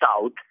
south